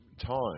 time